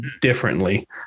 differently